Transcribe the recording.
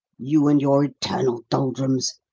you and your eternal doldrums!